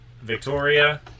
Victoria